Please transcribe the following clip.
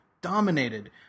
dominated